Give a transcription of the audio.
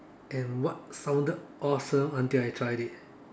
and what sounded awesome until I tried it